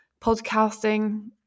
podcasting